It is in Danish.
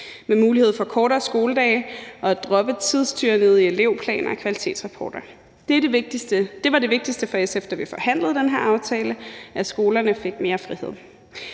med mulighed for kortere skoledage og for at droppe tidstyranniet med elevplaner og kvalitetsrapporter. Det var det vigtigste for SF, da vi forhandlede den her aftale, altså at skolerne fik mere frihed.